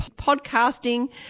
Podcasting